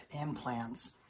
implants